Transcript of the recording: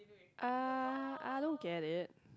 uh I don't get it